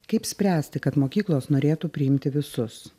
kaip spręsti kad mokyklos norėtų priimti visus